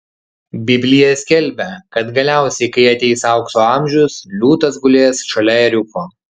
biblija skelbia kad galiausiai kai ateis aukso amžius liūtas gulės šalia ėriuko